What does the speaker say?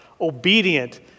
obedient